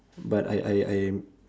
but I I I'm